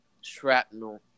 shrapnel